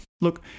look